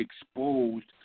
exposed